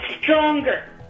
stronger